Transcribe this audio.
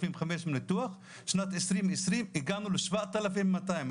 ניתוחים ובשנת 2020 הגענו רק ל-7,200 ניתוחים,